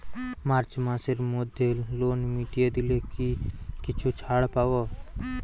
March মাসের মধ্যে loan মিটিয়ে দিলে কি কিছু ছাড় পাব?